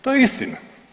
To je istina.